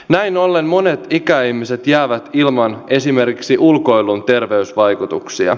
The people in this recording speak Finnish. näin ollen monet ikäihmiset jäävät ilman esimerkiksi ulkoilun terveysvaikutuksia